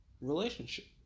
relationship